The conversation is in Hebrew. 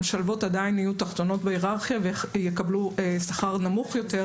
המשלבות עדיין יהיו תחתונות בהיררכיה ויקבלו שכר נמוך יותר.